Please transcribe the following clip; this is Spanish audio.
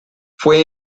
fue